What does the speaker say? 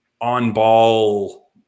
on-ball